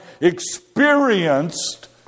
experienced